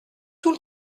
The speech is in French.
tout